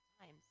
times